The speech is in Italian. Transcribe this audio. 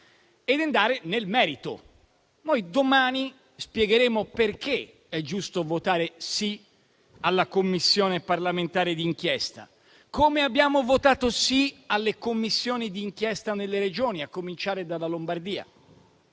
ed entrare nel merito: noi domani spiegheremo perché è giusto votare sì all'istituzione della Commissione parlamentare d'inchiesta, come abbiamo votato sì all'istituzione delle Commissioni di inchiesta nelle Regioni, a cominciare dalla Lombardia.